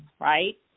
right